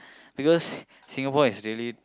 because Singapore is really